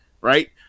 right